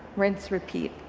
rinse, repeat.